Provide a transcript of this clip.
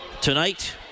tonight